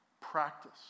Practice